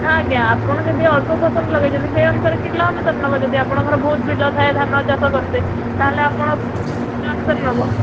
ନା ଆଜ୍ଞା ଆପଣ ଯଦି ଅଳ୍ପ ଫସଲ ଲଗାଇଛନ୍ତି ସେ ଅନୁସାରେ କିଲୋ ଅନୁସାର ନବ ଯଦି ଆପଣଙ୍କ ବହୁତ ବିଲ ଥାଏ ଧାନ ଚାଷ କରିତେ ତା'ହେଲେ ଆପଣ କିଲୋ ଅନୁସାରେ ନବ